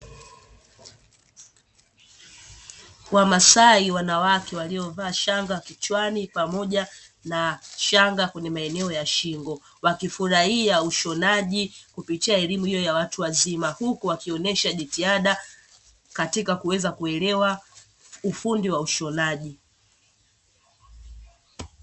Wamasai wanawake waliovaa shanga kichwani pamoja na shanga kwenye maeneo ya shingo, wakifurahia ushonaji kupitia elimu hiyo ya watu wazima huku wakionyesha jitihada katika kuweza kuelewa ufundi wa ushonaji.